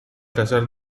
tercer